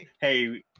Hey